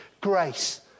grace